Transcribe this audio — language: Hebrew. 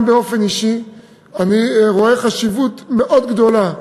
גם באופן אישי אני רואה חשיבות מאוד גדולה,